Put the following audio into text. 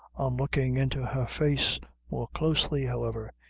on looking into her face more closely, however,